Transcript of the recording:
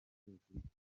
bukurikira